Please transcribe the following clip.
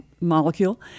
molecule